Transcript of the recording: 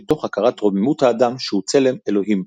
מתוך הכרת רוממות האדם שהוא צלם אלוהים,